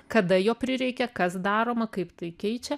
kada jo prireikia kas daroma kaip tai keičia